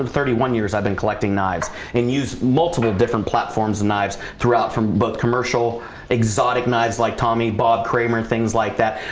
and thirty one years i've been collecting knives and use multiple different platforms and knives throughout from both commercial exotic knives like tommy bob cramer and things like that.